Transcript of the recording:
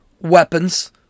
weapons